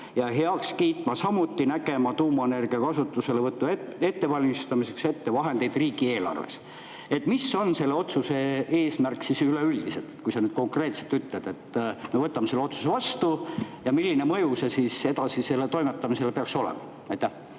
ja heaks kiitma, samuti nägema ette tuumaenergia kasutuselevõtu ettevalmistamiseks vahendeid riigieelarves. Mis siis on selle otsuse eesmärk üleüldiselt, kui sa nüüd konkreetselt ütled? Me võtame selle otsuse vastu ja milline mõju sel siis edasisele toimetamisele peaks olema? Tänan,